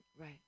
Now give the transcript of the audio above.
right